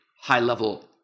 high-level